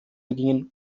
beginnen